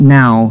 now